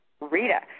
rita